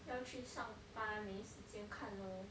要去上班没时间看 lor